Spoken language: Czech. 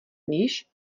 víš